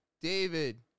David